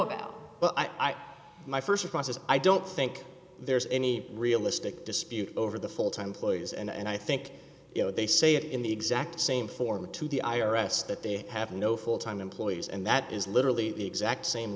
about but i my st process i don't think there's any realistic dispute over the full time employees and i think you know they say it in the exact same form to the i r s that they have no full time employees and that is literally the exact same